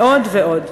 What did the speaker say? ועוד ועוד.